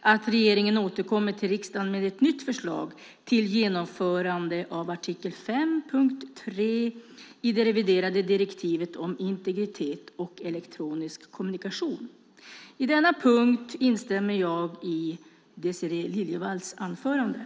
att regeringen återkommer till riksdagen med ett nytt förslag till genomförande av artikel 5.3 i det reviderade direktivet om integritet och elektronisk kommunikation. I denna punkt instämmer jag i Désirée Liljevalls anförande.